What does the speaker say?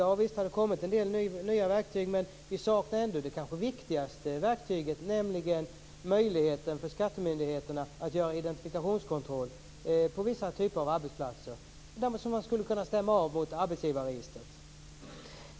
Ja, visst har det kommit en del nya verktyg, men vi saknar ändå det kanske viktigaste verktyget, nämligen möjligheten för skattemyndigheterna att på vissa arbetsplatser göra identifikationskontroller som skulle kunna stämmas av mot arbetsgivarregistret.